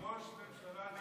ראש ממשלה נרדף.